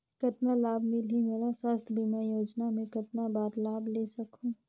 कतना लाभ मिलही मोला? स्वास्थ बीमा योजना मे कतना बार लाभ ले सकहूँ?